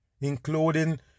including